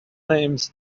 names